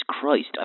Christ